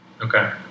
Okay